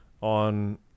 on